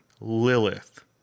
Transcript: Lilith